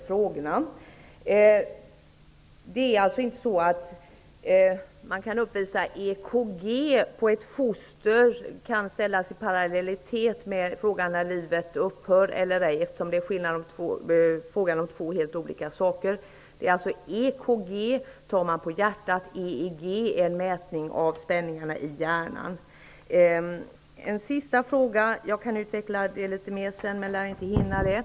Herr talman! Då vill jag fortsätta när det gäller frågorna. Det är alltså inte så att möjligheten att uppmäta ett EKG på ett foster kan ställas i parallellitet med frågan om när livet upphör. Det är fråga om två helt olika saker. EKG tar man på hjärtat, medan EEG är en mätning av spänningarna i hjärnan. Till sist vill jag ta upp en annan av de frågor som Tuve Skånberg ställde. Jag skulle kunna utveckla den litet mer senare, men jag lär inte hinna det.